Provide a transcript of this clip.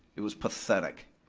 it was pathetic.